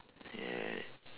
yeah